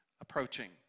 approaching